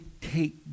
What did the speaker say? take